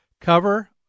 cover